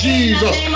Jesus